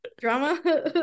Drama